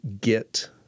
get